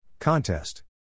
Contest